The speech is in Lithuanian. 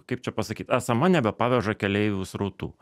kaip čia pasakyt esama nebepaveža keleivių srautų